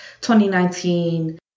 2019